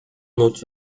not